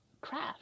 craft